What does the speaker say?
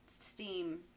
Steam